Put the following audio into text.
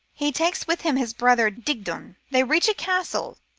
he takes with him his brother digdon. they reach a castle,